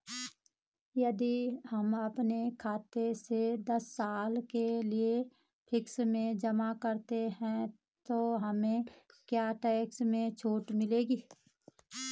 यदि हम अपने खाते से दस साल के लिए फिक्स में जमा करते हैं तो हमें क्या टैक्स में छूट मिलेगी?